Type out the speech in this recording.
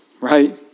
right